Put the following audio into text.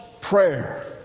prayer